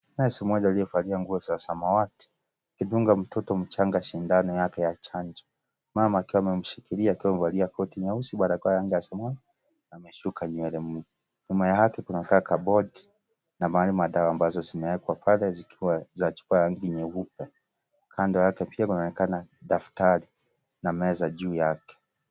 Nesi mmoja aliyevalia nguo za samawati akidunga mtoto mchanga sindano yake ya chanjo, mama akiwa amemshikilia akiwa amevalia koti nyeusi barakoa ya samawi na ameshuka nywele. Nyuma yake kuna ka kabodi na mahali madawa ambazo zimewekwa pale ziKiwa za chupa nyeupe. kando yake pia kunaonekana daftari na meza juu yake.